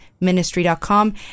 ministry.com